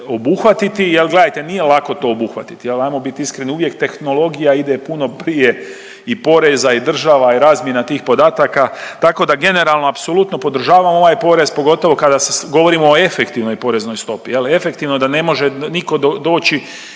obuhvatiti. Jel gledajte, nije lako to obuhvatiti jel, ajmo bit iskreni, uvijek tehnologija ide puno prije i poreza i država i razmjena tih podataka. Tako da generalno apsolutno podržavam ovaj porez, pogotovo kada se, govorimo o efektivnoj poreznoj stopi jel, efektivnoj da ne može niko doći